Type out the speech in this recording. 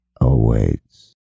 awaits